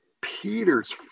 Peter's